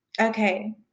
Okay